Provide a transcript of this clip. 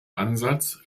ansatz